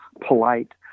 polite